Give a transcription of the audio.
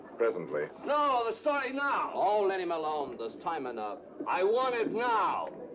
presently. no, the story now! oh, let him alone. there's time enough. i want it now!